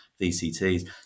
vcts